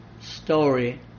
story